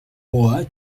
wore